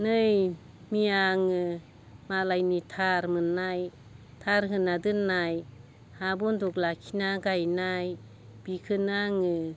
नै मैया आङो मालायनि थार मोन्नाय थार होना दोन्नाय हा बन्दग लाखिना गायनाय बिखौनो आङो